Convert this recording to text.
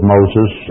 Moses